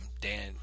dan